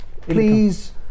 please